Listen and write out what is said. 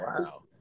wow